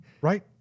Right